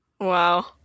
Wow